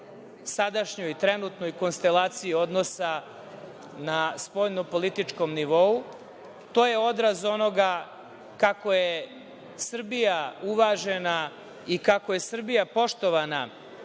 sadašnjoj, trenutnoj konstelaciji odnosa na spoljno-političkom nivou. To je odraz onoga kako je Srbija uvažena i kako je Srbija poštovana